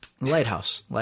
Lighthouse